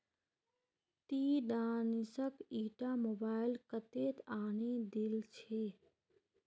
ती दानिशक ईटा मोबाइल कत्तेत आने दिल छि